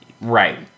Right